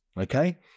okay